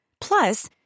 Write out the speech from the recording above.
Plus